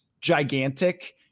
gigantic